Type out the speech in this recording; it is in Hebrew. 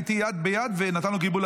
היה איתי יד ביד ונתן לו גיבוי,